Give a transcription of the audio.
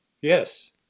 Yes